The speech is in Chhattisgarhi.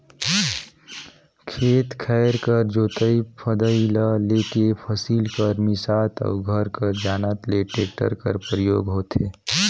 खेत खाएर कर जोतई फदई ल लेके फसिल कर मिसात अउ घर कर लानत ले टेक्टर कर परियोग होथे